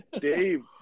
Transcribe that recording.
dave